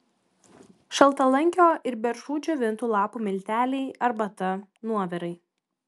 šaltalankio ir beržų džiovintų lapų milteliai arbata nuovirai